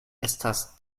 estas